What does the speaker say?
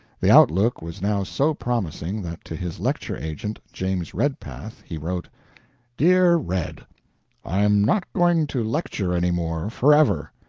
the outlook was now so promising that to his lecture agent, james redpath, he wrote dear red i'm not going to lecture any more forever.